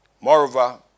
Moreover